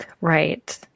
Right